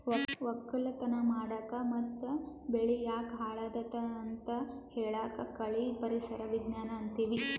ವಕ್ಕಲತನ್ ಮಾಡಕ್ ಮತ್ತ್ ಬೆಳಿ ಯಾಕ್ ಹಾಳಾದತ್ ಅಂತ್ ಹೇಳಾಕ್ ಕಳಿ ಪರಿಸರ್ ವಿಜ್ಞಾನ್ ಅಂತೀವಿ